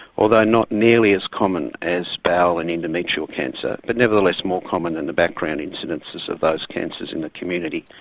although not nearly as common as bowel and endometrial cancer but nevertheless more common in the background incidences of those cancers in the community.